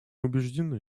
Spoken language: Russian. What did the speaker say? убеждены